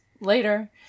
later